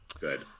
Good